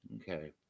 Okay